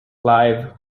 clive